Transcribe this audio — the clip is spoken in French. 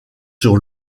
sur